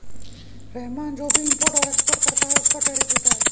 रहमान जो भी इम्पोर्ट और एक्सपोर्ट करता है उस पर टैरिफ देता है